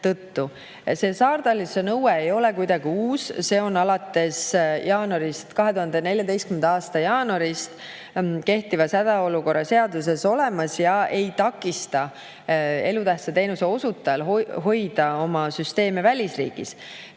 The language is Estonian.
Saartalitluse nõue ei ole kuidagi uus, see on alates 2014. aasta jaanuarist kehtivas hädaolukorra seaduses olemas ja ei takista elutähtsa teenuse osutajal hoida oma süsteeme välisriigis.